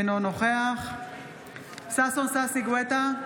אינו נוכח ששון ששי גואטה,